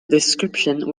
description